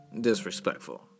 disrespectful